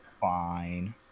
Fine